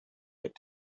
get